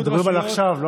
אנחנו מדברים על עכשיו.